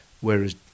Whereas